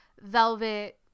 velvet